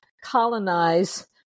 colonize